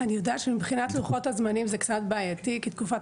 אני יודעת שמבחינת לוחות הזמנים זה קצת בעייתי כי תקופת